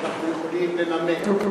אנחנו יכולים לשכנע.